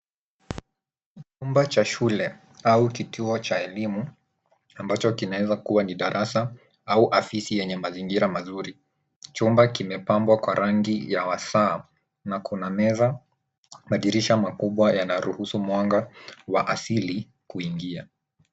Chumba cha shule au kituo cha elimu ambacho kinaweza kuwa ni darasa au afisi yenye mazingira mazuri. Chumba kimepambwa kwa rangi ya wasaa na kuna meza, madirisha makubwa yanaruhusu mwanga wa asili kuingia.